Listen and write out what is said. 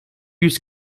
yüz